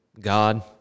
God